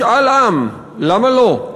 משאל עם, למה לא?